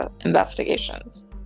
investigations